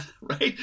right